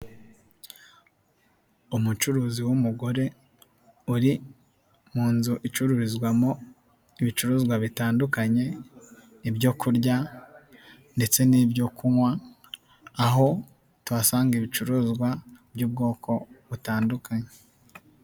Umucuruzi w'umugore uri mu nzu icururizwamo ibicuruzwa bitandukanye, ibyoku kurya ndetse n'ibyo kunywa, aho tuhasanga ibicuruzwa by'ubwoko butandukanye.